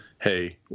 hey